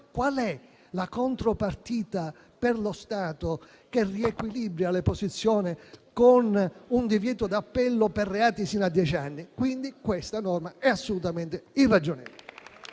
qual è la contropartita per lo Stato, che riequilibra le posizioni tra le parti con un divieto d'appello per reati fino a dieci anni? Quindi, questa norma è assolutamente irragionevole.